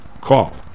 call